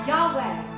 Yahweh